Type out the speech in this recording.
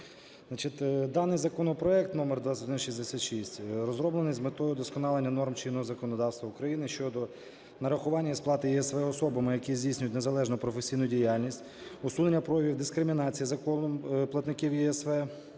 Даний законопроект номер 2166 розроблений з метою удосконалення норм чинного законодавства України щодо нарахування і сплати ЄСВ особам, які здійснюють незалежну професійну діяльність, усунення проявів дискримінації законом платників ЄСВ